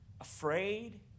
afraid